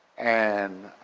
and,